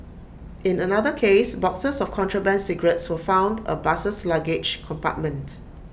in another case boxes of contraband cigarettes were found A bus's luggage compartment